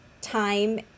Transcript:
time